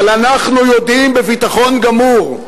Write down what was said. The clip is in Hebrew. אבל אנחנו יודעים בביטחון גמור,